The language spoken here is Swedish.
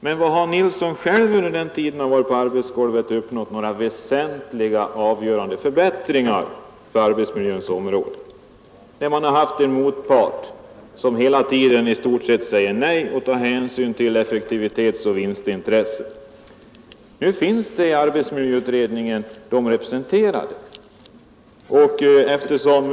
Men har herr Nilsson själv under den tid han arbetat på verkstadsgolvet uppnått några väsentliga och avgörande förbättringar på arbetsmiljöns område, när han har haft en motpart som hela tiden i stort sett säger nej och bara tar hänsyn till effektivitetsoch vinstintressen? Nu finns de intressena representerade i arbetsmiljöutredningen.